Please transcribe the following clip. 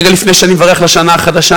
רגע לפני שאני מברך לשנה החדשה,